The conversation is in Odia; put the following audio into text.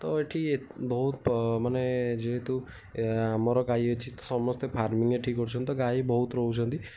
ତ ଏଠି ବହୁତ ମାନେ ଯେହେତୁ ଆମର ଗାଈ ଅଛି ତ ସମସ୍ତେ ଫାର୍ମିଂ ଏଠି କରୁଛନ୍ତି ତ ଗାଈ ବହୁତ ରହୁଛନ୍ତି